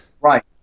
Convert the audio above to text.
Right